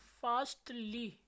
fastly